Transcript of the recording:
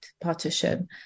partition